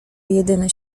jedyny